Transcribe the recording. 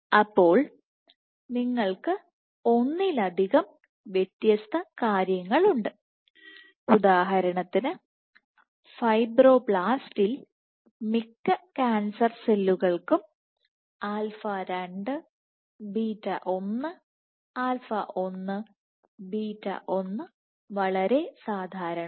അപ്പോൾ നിങ്ങൾക്ക് ഒന്നിലധികം വ്യത്യസ്ത കാര്യങ്ങളുണ്ട് ഉദാഹരണത്തിന് ഫൈബ്രോബ്ലാസ്റ്റിൽ മിക്ക കാൻസർ സെല്ലുകളിലും ആൽഫ 2 𝝰 2 ബീറ്റ 1β 1 ആൽഫ 1 𝝰 1 ബീറ്റ 1 β 1 വളരെ സാധാരണമാണ്